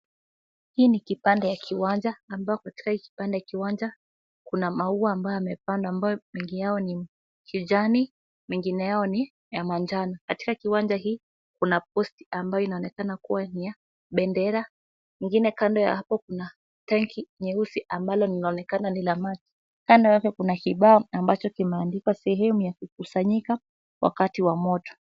Hiki ni kipande cha kiwanja, ambapo katika hiki kipande ya kiwanja kuna maua ambayo yamepandwa na ambayo mengi yao ni kijani, mengine yao ni ya manjano. Katika kiwanja hii kuna post ambayo inaonekana kuwa ni ya bendera, ingine kando ya hapo kuna tanki nyeusi ambalo linaonekana ni la maji, kando yake kuna kibao ambacho kimeandikwa sehemu ya kukusanyika wakati wa moto.